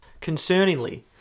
Concerningly